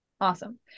Awesome